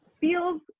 feels